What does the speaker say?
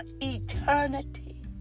eternity